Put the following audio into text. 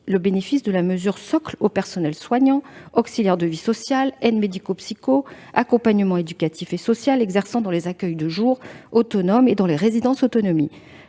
le bénéfice de la mesure socle aux personnels soignants, auxiliaires de vie sociale, aides médico-psychologiques ou accompagnants éducatifs et sociaux exerçant dans les accueils de jour autonomes et dans les résidences autonomie.